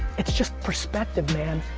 it's just perspective, man,